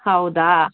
ಹೌದಾ